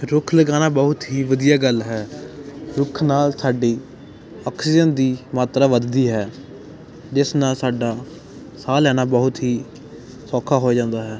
ਰੁੱਖ ਲਗਾਣਾ ਬਹੁਤ ਹੀ ਵਧੀਆ ਗੱਲ ਹੈ ਰੁੱਖ ਨਾਲ ਸਾਡੀ ਆਕਸੀਜਨ ਦੀ ਮਾਤਰਾ ਵੱਧਦੀ ਹੈ ਜਿਸ ਨਾਲ ਸਾਡਾ ਸਾਹ ਲੈਣਾ ਬਹੁਤ ਹੀ ਸੌਖਾ ਹੋ ਜਾਂਦਾ ਹੈ